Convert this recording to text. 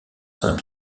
saint